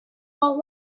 want